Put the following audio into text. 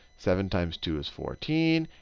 seven times two is fourteen.